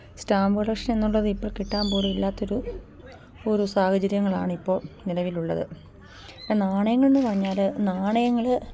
stamp collection എന്നുള്ളത് ഇപ്പം കിട്ടാൻ പോലും ഇല്ലാത്തൊരു ഒരു സാഹചര്യങ്ങളാണിപ്പോൾ നിലവിലുള്ളത് നാണയങ്ങളെന്നു പറഞ്ഞാൽ നാണയങ്ങൾ